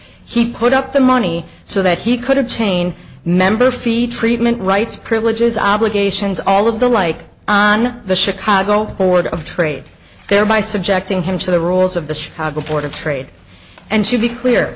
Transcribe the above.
he put up the money so that he could attain member fee treatment rights privileges obligations all of the like on the chicago board of trade thereby subjecting him to the rules of the chicago board of trade and should be clear